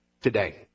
today